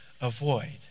avoid